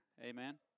Amen